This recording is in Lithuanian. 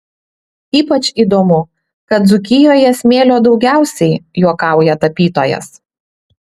ypač įdomu kad dzūkijoje smėlio daugiausiai juokauja tapytojas